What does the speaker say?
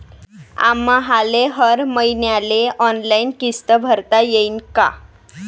आम्हाले हर मईन्याले ऑनलाईन किस्त भरता येईन का?